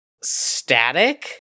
static